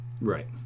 Right